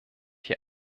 hier